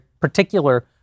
particular